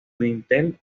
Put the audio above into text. dintel